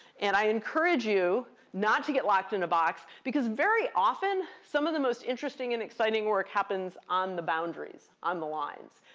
and i encourage you not to get locked in a box, because very often, some of the most interesting and exciting work happens on the boundaries, on the lines.